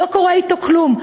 לא קורה אתו כלום.